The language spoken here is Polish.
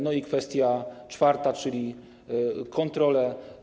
No i kwestia czwarta, czyli kontrole.